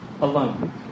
alone